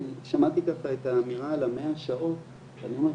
אני שמעתי ככה את האמירה על ה-100 שעות ואני אומר,